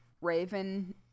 raven